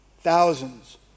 Thousands